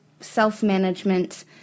self-management